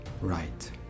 right